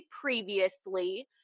previously